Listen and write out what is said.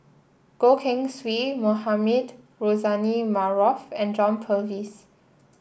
Goh Keng Swee Mohamed Rozani Maarof and John Purvis